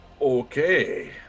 Okay